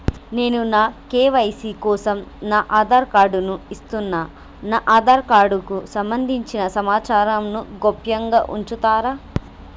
నేను నా కే.వై.సీ కోసం నా ఆధార్ కార్డు ను ఇస్తున్నా నా ఆధార్ కార్డుకు సంబంధించిన సమాచారంను గోప్యంగా ఉంచుతరా?